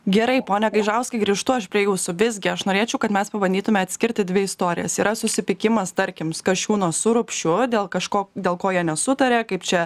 gerai pone gaižauskai grįžtu aš prie jūsų visgi aš norėčiau kad mes pabandytume atskirti dvi istorijas yra susipykimas tarkim kasčiūno su rupšiu dėl kažko dėl ko jie nesutaria kaip čia